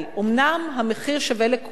אומנם המחיר שווה לכולם,